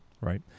Right